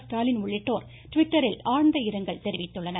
ஸ்டாலின் உள்ளிட்டோர் ட்விட்டர்மூலம் ஆழ்ந்த இரங்கல் தெரிவித்துள்ளனர்